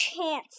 chance